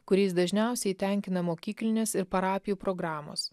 kuriais dažniausiai tenkina mokyklinės ir parapijų programos